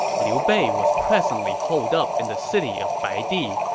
liu bei was presently holed up in the city of baidi,